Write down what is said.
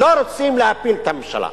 לא רוצים להפיל את הממשלה.